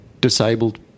disabled